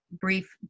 brief